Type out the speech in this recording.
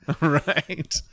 right